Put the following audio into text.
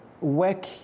work